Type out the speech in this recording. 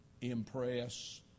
impress